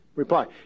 reply